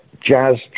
jazz